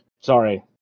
sorry